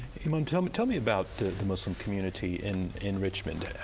um and tell me tell me about the the muslim community in in richmond.